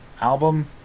album